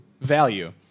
value